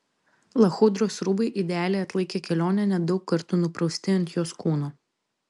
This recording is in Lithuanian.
lachudros rūbai idealiai atlaikė kelionę net daug kartų nuprausti ant jos kūno